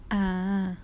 ah